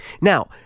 Now